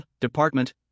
department